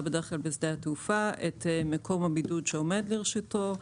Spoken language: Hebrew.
בדרך כלל בשדה התעופה - את מקום הבידוד שעומד לרשותו,